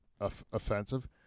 offensive